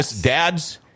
Dads